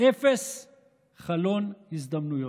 אפס הזדמנויות,